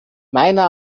meiner